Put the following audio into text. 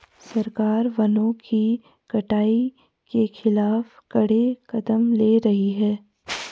सरकार वनों की कटाई के खिलाफ कड़े कदम ले रही है